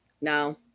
no